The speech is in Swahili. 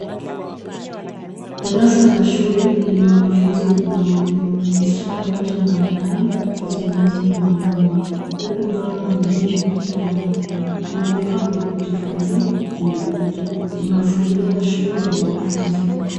Darasa la shule lenye wanafunzi na mwalimu. Msichana mmoja anaonekana akizungumza na mwalimu wake, huku mvulana mwingine akiwa nyuma. Kuna vifaa vya kujifunzia kwenye ukuta. Ni mazingira ya shule yenye mafunzo.